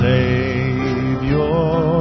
Savior